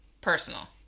personal